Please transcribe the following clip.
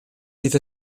bydd